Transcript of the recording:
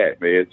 man